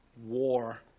war